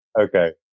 okay